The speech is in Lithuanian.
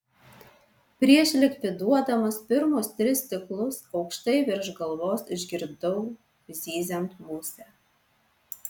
prieš likviduodamas pirmus tris stiklus aukštai virš galvos išgirdau zyziant musę